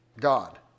God